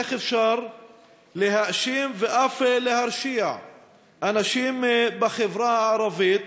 איך אפשר להאשים ואף להרשיע אנשים בחברה הערבית